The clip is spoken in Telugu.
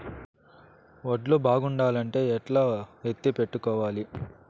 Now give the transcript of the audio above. వడ్లు బాగుండాలంటే ఎట్లా ఎత్తిపెట్టుకోవాలి?